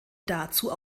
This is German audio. dazu